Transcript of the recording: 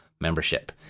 membership